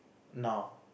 now